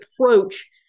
approach